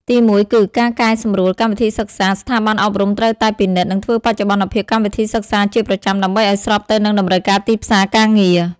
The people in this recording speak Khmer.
ទីមួយគឺ ការកែសម្រួលកម្មវិធីសិក្សា ស្ថាប័នអប់រំត្រូវតែពិនិត្យ និងធ្វើបច្ចុប្បន្នភាពកម្មវិធីសិក្សាជាប្រចាំដើម្បីឱ្យស្របទៅនឹងតម្រូវការទីផ្សារការងារ។